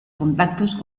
contactos